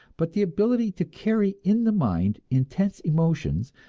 but the ability to carry in the mind intense emotions,